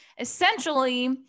essentially